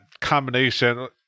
combination